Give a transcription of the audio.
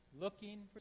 Looking